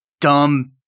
dumb